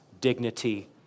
dignity